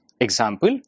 Example